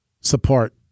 support